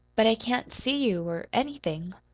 but i can't see you or anything.